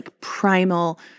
primal